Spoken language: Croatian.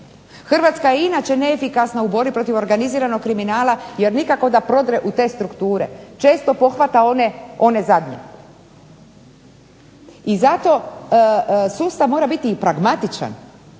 Hrvatska je inače neefikasna u borbi protiv organiziranog kriminala jer nikako da prodre u te strukture. Često pohvata one zadnje. I zato sustav mora biti i pragmatičan,